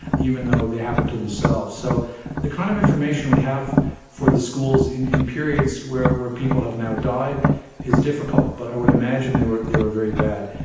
even though they happened to themselves. so the kind of information we have for the schools in in periods where where people have now died is difficult, but i would imagine they were they were very bad.